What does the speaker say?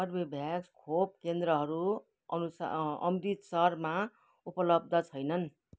Corbevax खोप केन्द्रहरू अनुसर अमृतसरमा उपलब्ध छैनन्